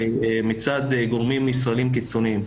מצד גורמים ישראלים קיצוניים.